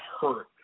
hurt